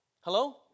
Hello